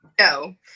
No